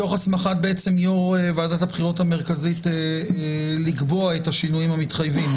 תוך הסמכת יו"ר ועדת הבחירות המרכזית לקבוע את השינויים המתחייבים,